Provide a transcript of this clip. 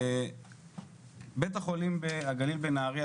בית החולים הגליל בנהריה,